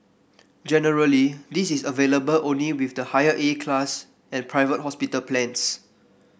generally this is available only with the higher A class and private hospital plans